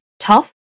Tough